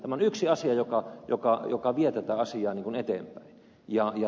tämä on asia joka vie tätä asiaa eteenpäin